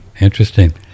interesting